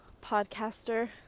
podcaster